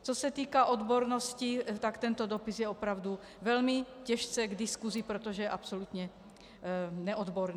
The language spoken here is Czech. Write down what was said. Co se týká odbornosti, tak tento dopis je opravdu velmi těžce k diskusi, protože je absolutně neodborný.